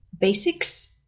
basics